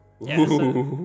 Yes